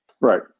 Right